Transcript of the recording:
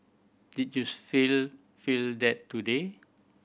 did you feel feel that today